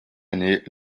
année